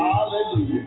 Hallelujah